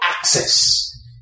access